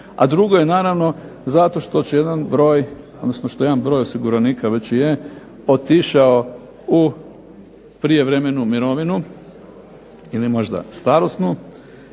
a drugo je naravno zato što će jedan broj , odnosno što jedan broj osiguranika već je otišao u prijevremenu mirovinu ili možda starosnu,